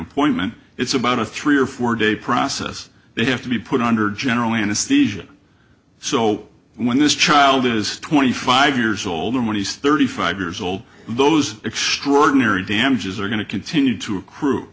appointment it's about a three or four day process they have to be put under general anesthesia so when this child is twenty five years old and when he's thirty five years old those extraordinary damages are going to continue to accrue